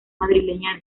madrileña